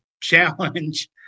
challenge